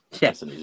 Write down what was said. Yes